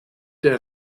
der